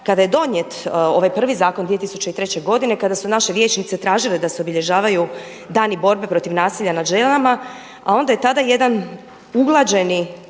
kada je donijet ovaj prvi zakon 2003. godine, kada su naše vijećnice tražile da se obilježavaju dani borbe protiv nasilja nad ženama, a onda je tada jedan uglađeni